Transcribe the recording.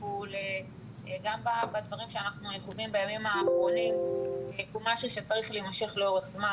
והטיפול גם באירועים שאנו חווים בימים האחרונים צריכה להימשך לאורך זמן.